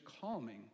calming